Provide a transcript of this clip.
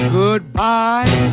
goodbye